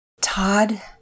Todd